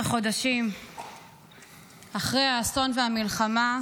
11 חודשים אחרי האסון והמלחמה,